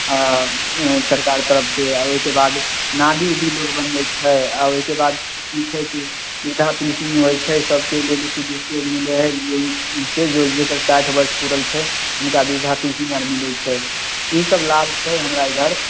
आ सरकार तरफ से ओहिके बाद नाली उली लोग बनबैत छै औ ओहिके बाद ई छै की वृद्धा पेन्शन मिलैत छै सबके लेडिज ओडिज केभी रहै जेकर साठि वर्ष पूरल छै हुनका वृद्धा पेन्शन आर मिलैत छै ई सब लाभ छै हमरा इधर